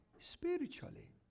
spiritually